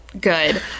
good